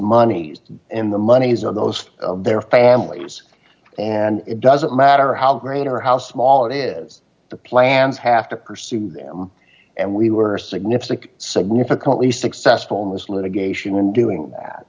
money and the monies are those of their families and it doesn't matter how great or how small it is the plans have to pursue them and we were significant significant least successful in this litigation in doing that